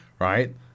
right